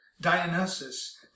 Dionysus